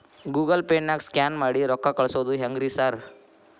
Google ಪೇನಾಗ scan ಮಾಡಿ ರೊಕ್ಕಾ ಕಳ್ಸೊದು ಹೆಂಗ್ರಿ ಸಾರ್?